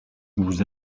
vous